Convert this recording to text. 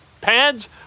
pads